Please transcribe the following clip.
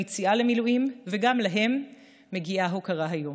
היציאה למילואים וגם להם מגיעה הוקרה היום.